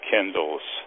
Kindles